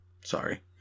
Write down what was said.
Sorry